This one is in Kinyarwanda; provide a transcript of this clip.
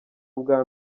ubwa